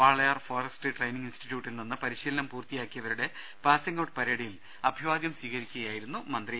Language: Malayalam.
വാളയാർ ഫോറസ്ട്രി ട്രെയിനി ഇൻസ്ടിട്യൂട്ടിൽ നിന്നും പരിശീലനം പൂർത്തി യാക്കിയവരുടെ പാസിങ് ഔട്ട് പരേഡിൽ അഭിവാദ്യം സ്വീകരിച്ചു സംസാരിക്കുകയായിരുന്നു മന്ത്രി